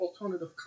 alternative